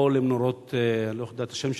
או למנורות, אני לא יודע את השם שלהן,